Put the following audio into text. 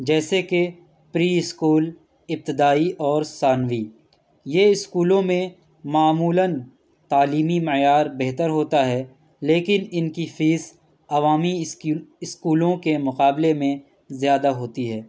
جیسے کہ pre school ابتدائی اور ثانوی یہ اسکولوں میں معمولاً تعلیمی معیار بہتر ہوتا ہے لیکن ان کی فیس عوامی اسکیم اسکولوں کے مقابلے میں زیادہ ہوتی ہے